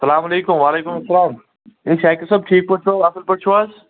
السلام علیکم وعلیکم السلام ہے شاکِر صأب ٹھیٖک پأٹھۍ چھُو حظ اَصٕل پأٹھۍ چھُو حظ